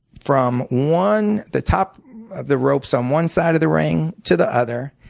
from one the top of the rope's on one side of the ring to the other,